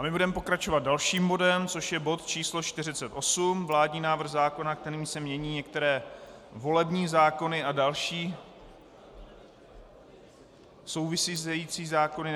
Budeme pokračovat dalším bodem, což je bod číslo 48, vládní návrh zákona, kterým se mění některé volební zákony a další související zákony.